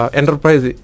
enterprise